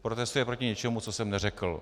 Protestuje proti něčemu, co jsem neřekl.